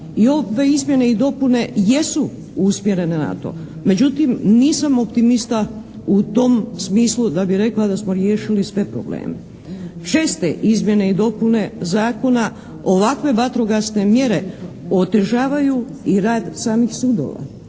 I ove izmjene i dopune jesu usmjerene na to međutim nisam optimista u tom smislu da bih rekla da samo riješili sve probleme. Česte izmjene i dopune zakona, ovakve vatrogasne mjere otežavaju i rad samih sudova.